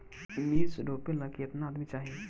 मिर्च रोपेला केतना आदमी चाही?